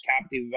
captive